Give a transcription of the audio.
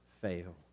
fail